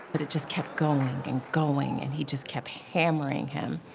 but it just kept going and going, and he just kept hammering him.